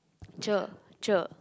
cher cher